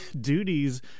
duties